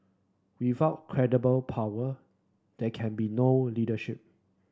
without credible power there can be no leadership